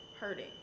hurting